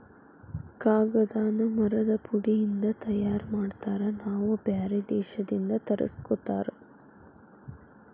ಕಾಗದಾನ ಮರದ ಪುಡಿ ಇಂದ ತಯಾರ ಮಾಡ್ತಾರ ನಾವ ಬ್ಯಾರೆ ದೇಶದಿಂದ ತರಸ್ಕೊತಾರ